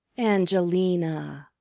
angelina!